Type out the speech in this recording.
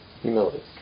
Humility